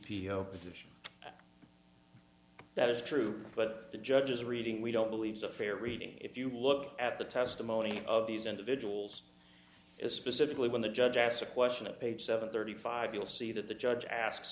if that is true but the judges reading we don't believe a fair reading if you look at the testimony of these individuals specifically when the judge asked a question of page seven thirty five you'll see that the judge asks